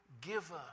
giver